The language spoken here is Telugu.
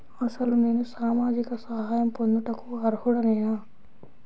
అసలు నేను సామాజిక సహాయం పొందుటకు అర్హుడనేన?